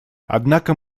однако